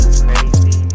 crazy